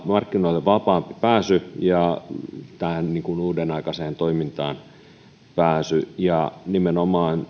markkinoille vapaampi pääsy ja uudenaikaiseen toimintaan pääsy ja nimenomaan